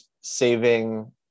saving